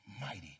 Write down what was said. mighty